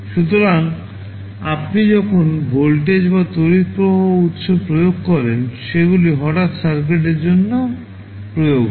সুতরাং আপনি যখন ভোল্টেজ বা তড়িৎ প্রবাহ উৎস প্রয়োগ করেন সেগুলি হঠাৎ সার্কিটের জন্য প্রয়োগ হয়